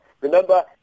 remember